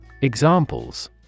Examples